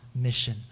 Mission